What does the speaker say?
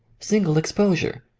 single exposure!